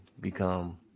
become